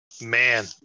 man